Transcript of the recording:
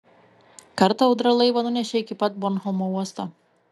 kartą audra laivą nunešė iki pat bornholmo uosto